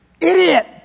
idiot